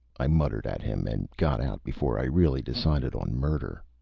i muttered at him, and got out before i really decided on murder.